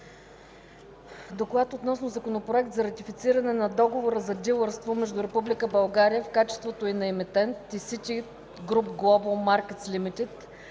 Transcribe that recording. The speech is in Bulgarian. политика относно Законопроект за ратифициране на Договора за дилърство между Република България в качеството на Емитент и Ситигруп Глобъл Маркетс Лимитид,